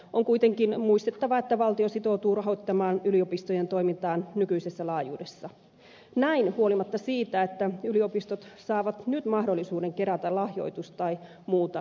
on kuitenkin muistettava että valtio sitoutuu rahoittamaan yliopistojen toimintaa nykyisessä laajuudessa näin siitä huolimatta että yliopistot saavat nyt mahdollisuuden kerätä lahjoitus tai muuta varallisuutta